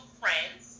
friends